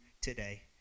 today